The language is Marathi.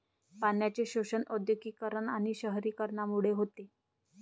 पाण्याचे शोषण औद्योगिकीकरण आणि शहरीकरणामुळे होते